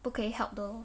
不可以 help though